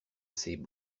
ces